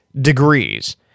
degrees